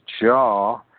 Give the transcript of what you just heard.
jaw